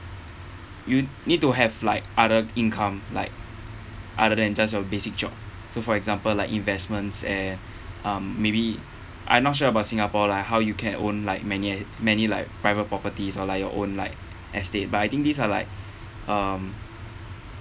you need to have like other income like other than just your basic job so for example like investments eh um maybe I not sure about singapore like how you can own like many many like private properties or like your own like estate but I think these are like um